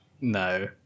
No